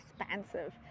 expansive